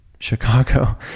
Chicago